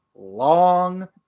Long